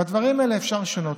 את הדברים האלה אפשר לשנות.